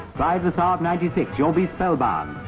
drive the saab ninety six, you'll be spellbound!